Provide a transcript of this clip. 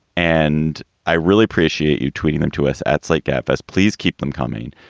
and i really appreciate you tweeting them to us at slate gap as please keep them coming.